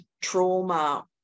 trauma